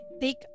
take